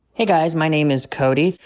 hey guys, my name is cody.